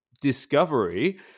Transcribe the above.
Discovery